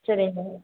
சரிங்க